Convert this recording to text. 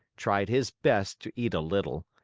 tried his best to eat a little.